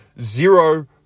Zero